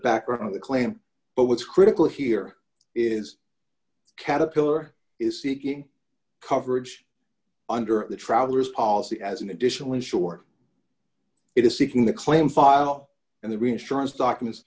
of the claim but what's critical here is caterpillar is seeking coverage under the traveler's policy as an additional ensure it is seeking the claim file and the reinsurance